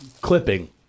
clipping